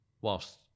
whilst